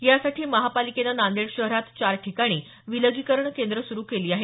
यासाठी महापालिकेनं नांदेड शहरात चार ठिकाणी विलगीकरण केंद्र सुरु केली आहेत